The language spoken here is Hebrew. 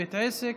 בית עסק,